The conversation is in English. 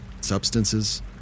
substances